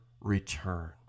return